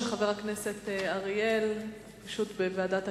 שחבר הכנסת אריאל פשוט בוועדת הכספים,